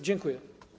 Dziękuję.